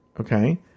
okay